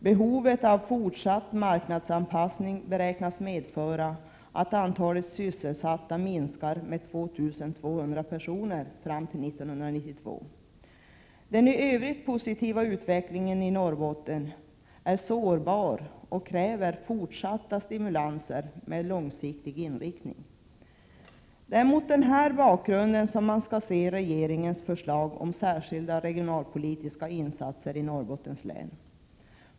Behovet av fortsatt marknadsanpassning beräknas medföra att antalet sysselsatta minskar med 2 200 personer fram till år 1992. Den i övrigt positiva utvecklingen i Norrbotten är sårbar och kräver fortsatta stimulanser med långsiktig inriktning. Det är mot denna bakgrund man skall se regeringens förslag om särskilda regionalpolitiska insatser i Norrbottens län.